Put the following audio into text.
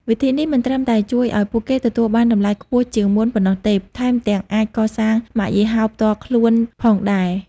វិធីនេះមិនត្រឹមតែជួយឱ្យពួកគេទទួលបានតម្លៃខ្ពស់ជាងមុនប៉ុណ្ណោះទេ ថែមទាំងអាចកសាងម៉ាកយីហោផ្ទាល់ខ្លួនផងដែរ។